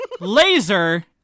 Laser